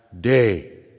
day